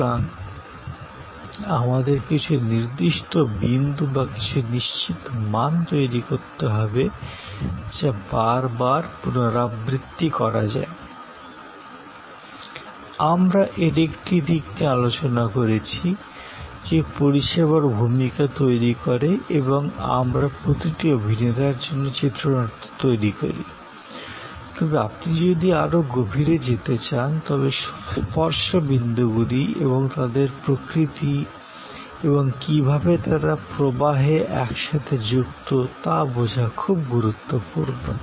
সুতরাং আমাদের কিছু নির্দিষ্ট বিন্দু বা কিছু নিশ্চিত মান তৈরি করতে হবে যা বারবার পুনরাবৃত্তি করা যায় আমরা এর একটি দিক নিয়ে আলোচনা করেছি যে পরিষেবার ভূমিকা তৈরি করে এবং আমরা প্রতিটি অভিনেতার জন্য চিত্রনাট্য তৈরি করি তবে আপনি যদি আরও গভীরে যেতে চান তবে স্পর্শ বিন্দুগুলি এবং তাদের প্রকৃতি এবং কীভাবে তারা প্রবাহে একসাথে যুক্ত তা বোঝা খুব গুরুত্বপূর্ণ